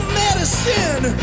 medicine